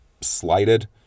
slighted